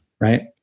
right